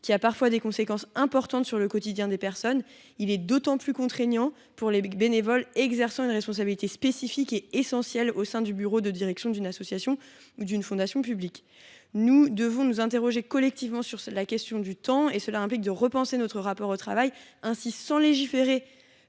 qui a parfois des conséquences importantes sur le quotidien de la personne. Il est d’autant plus contraignant pour les bénévoles exerçant une responsabilité spécifique et essentielle au sein du bureau de direction d’une association ou d’une fondation publique. Nous devons nous interroger collectivement sur la question du temps, ce qui implique de repenser notre rapport au travail. Ainsi, sans revenir